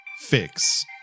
Fix